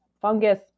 fungus